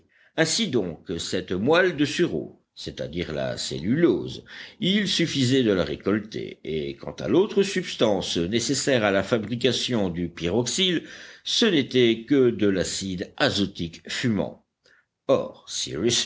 ainsi donc cette moelle de sureau c'est-à-dire la cellulose il suffisait de la récolter et quant à l'autre substance nécessaire à la fabrication du pyroxyle ce n'était que de l'acide azotique fumant or